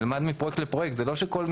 נלמד מפרויקט לפרויקט.